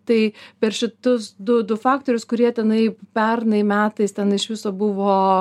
tai per šitus du du faktorius kurie tenai pernai metais ten iš viso buvo